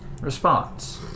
Response